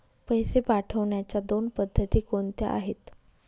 पैसे पाठवण्याच्या दोन पद्धती कोणत्या आहेत?